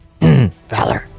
Valor